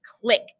click